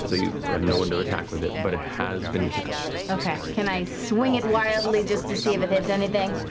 so you have no one to attack with it, but it has been cast. laura okay, can i swing it wildly just to see if it hits anything?